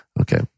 Okay